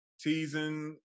teasing